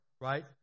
right